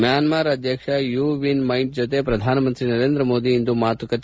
Myanmar ಅಧ್ಯಕ್ಷ U Win Myint ಜತೆ ಪ್ರಧಾನಮಂತ್ರಿ ನರೇಂದ್ರ ಮೋದಿ ಇಂದು ಮಾತುಕತೆ